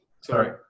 sorry